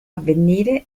avvenire